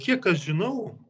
kiek aš žinau